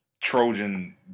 Trojan